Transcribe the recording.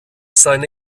seine